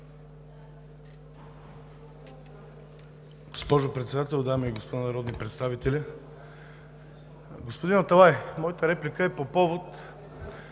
Госпожо Председател, дами и господа народни представители! Господин Аталай, моята реплика е по повод